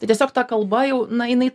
tai tiesiog ta kalba jau na jinai